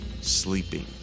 Sleeping